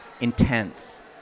intense